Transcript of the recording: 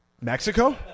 mexico